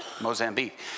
Mozambique